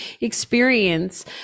experience